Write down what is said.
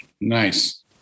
Nice